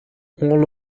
all